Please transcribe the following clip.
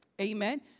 Amen